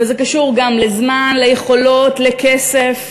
וזה קשור גם לזמן, ליכולות, לכסף.